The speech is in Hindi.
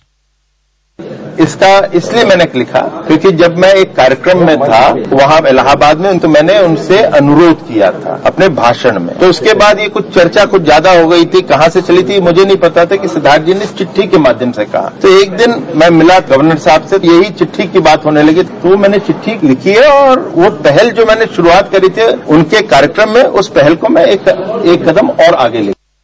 बाइट इसका इसलिए मैंने लिखा क्योंकि जब एक कार्यक्रम में था वहां इलाहाबाद में तो मैंने उनसे अनुरोध किया था अपने भाषण में तो उसके बाद यह चर्चा कुछ ज्यादा हो गई थी कहां से चली थी मुझे नहीं पता कि सिद्धार्थ जी ने चिट्ठी के माध्यम से कहा है एक दिन मैं मिला गवर्नर साहब से यही चिठ्ठी की बात होने लगी तो मैंने चिट्ठी लिखी है और वह पहले जो मैंने शुरुआत करी थी उनके कार्यक्रम में उस पहल को मैं एक कदम और आगे लेकर जाऊंगा